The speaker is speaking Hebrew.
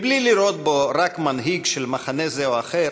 בלי לראות בו רק מנהיג של מחנה זה או אחר,